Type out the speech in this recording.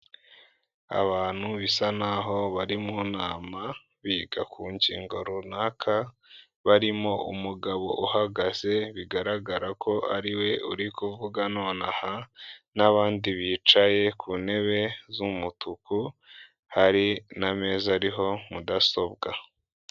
Abantu bisa naho bari mu nama biga ku ngingo runaka barimo umugabo uhagaze bigaragara ko ariwe uri kuvuga nonaha n'abandi bicaye ku ntebe z'umutuku hari n'ameza ariho mudasobwa.